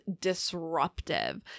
disruptive